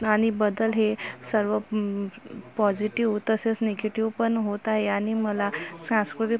आणि बदल हे सर्व पॉटिजीव्ह तसंच निगेटिव्ह पण होत आहे आणि मला सांस्कृतिक